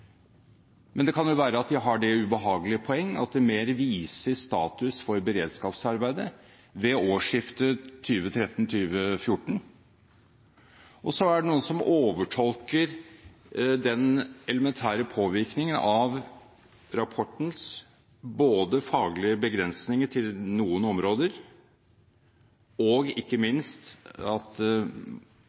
men det kan vel være at de har det ubehagelige poeng at det mer viser status for beredskapsarbeidet ved årsskiftet 2013–2014. Og så er det noen som overtolker den elementære påvirkningen av rapportens faglige begrensninger til noen områder og – ikke minst – at